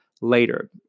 later